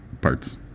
parts